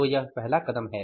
तो यह पहला कदम है